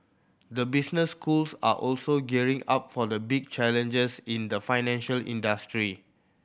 the business schools are also gearing up for the big changes in the financial industry